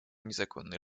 незаконный